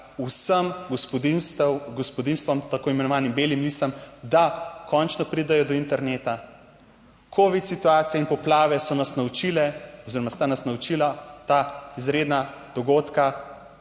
gospodinjstvom, tako imenovanim belim lisam, da končno pridejo do interneta. Covid situacije in poplave so nas naučile oziroma sta nas naučila ta izredna dogodka,